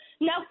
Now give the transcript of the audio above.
Now